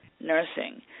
Nursing